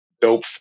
dope